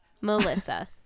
melissa